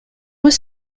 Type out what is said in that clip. was